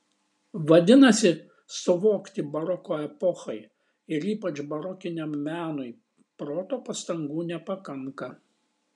vadinasi suvokti baroko epochai ir ypač barokiniam menui proto pastangų nepakanka